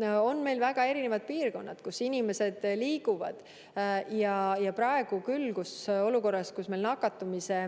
on meil väga erinevad piirkonnad, kus inimesed liiguvad. Ja praeguses olukorras, kus meil nakatumise